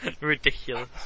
Ridiculous